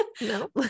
No